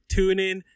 TuneIn